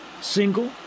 Single